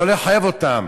לא לחייב אותם.